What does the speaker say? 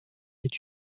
est